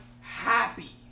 happy